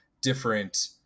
different